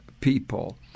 people